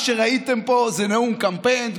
מה שראיתם פה זה נאום קמפיין.